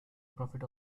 profit